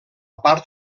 part